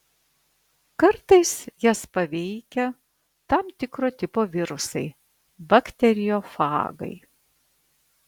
kartais jas paveikia tam tikro tipo virusai bakteriofagai